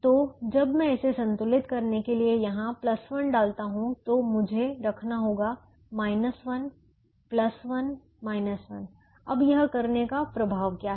तो जब मैं इसे संतुलित करने के लिए यहां 1 डालता हूं तो मुझे रखना होगा 1 1 1 अब यह करने का प्रभाव क्या है